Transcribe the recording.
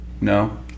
No